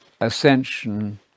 ascension